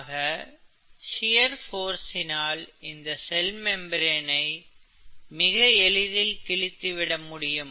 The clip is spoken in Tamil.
ஆக ஷியர் போர்ஸ்சினால் இந்த செல் மெம்பிரேனை மிக எளிதில் கிழித்து விட முடியும்